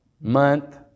month